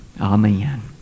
Amen